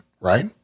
right